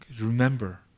Remember